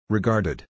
Regarded